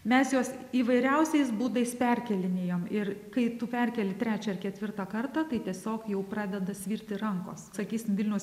mes juos įvairiausiais būdais perkėlinėjom ir kai tu perkeli trečią ar ketvirtą kartą tai tiesiog jau pradeda svirti rankos sakysim vilniaus